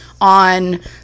on